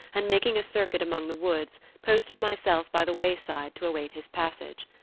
and making a circuit among the woods, posted myself by the wayside to await his passage.